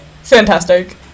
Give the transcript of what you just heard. Fantastic